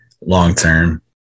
long-term